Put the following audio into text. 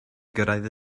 gyrraedd